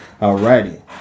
Alrighty